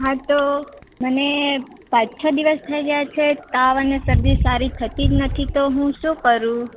હા તો મને પાંચ છ દિવસ થઈ ગયા છે તાવ અને શરદી સારી થતી જ નથી તો હું શું કરું